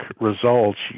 results